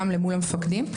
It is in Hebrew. גם למול המפקדים.